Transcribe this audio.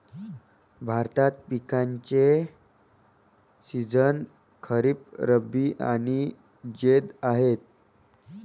भारतात पिकांचे सीझन खरीप, रब्बी आणि जैद आहेत